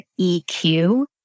EQ